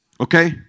okay